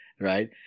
right